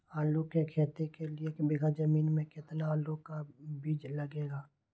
आलू की खेती के लिए एक बीघा जमीन में कितना आलू का बीज लगेगा?